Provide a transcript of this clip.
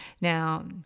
Now